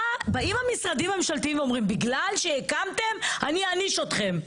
באים המשרדים הממשלתיים ואומרים: בגלל שהקמתם אני אעניש אתכם,